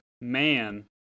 man